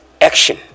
action